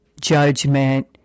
judgment